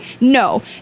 No